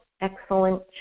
excellent